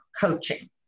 coaching